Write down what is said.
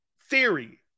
theory